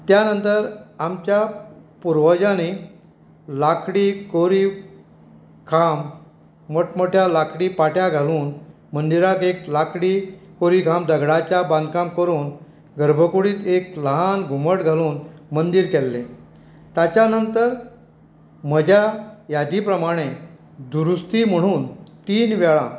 त्यानंतर आमच्या पुर्वजांनी लांकडी कोरीव काम मोठ मोठ्या लांकडी पाट्या घालून मंदिराक एक लांकडी कोरीव काम दगडाच्या बांधकाम करून गर्भकुडींत एक ल्हान घुमट घालून मंदीर केल्लें ताच्या नंतर म्हज्या यादी प्रमाणे दुरुस्ती म्हणून तीन वेळा